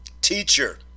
Teacher